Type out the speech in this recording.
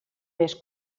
més